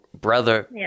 Brother